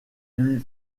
lui